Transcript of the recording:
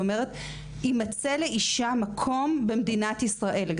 אומרת שיימצא לאישה מקום במדינת ישראל,